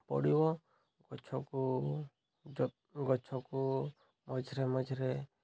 ପଡ଼ିବ ଗଛକୁ ଗଛକୁ ମଝିରେ ମଝିରେ